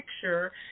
picture